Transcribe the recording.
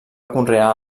conrear